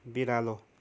बिरालो